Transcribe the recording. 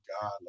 god